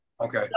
okay